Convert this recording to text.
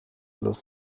los